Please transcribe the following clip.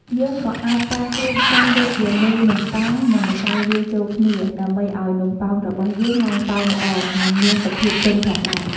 យើងក៏អាចប្រើ គ្រឿងផ្សំដូចជា មេនំបុ័ង និង ម្សៅលាយចូលគ្នា ដើម្បីឱ្យនំប៉ោងរបស់យើងឡើងប៉ោងល្អ និងមានសភាពទន់ផងដែរ។